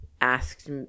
asked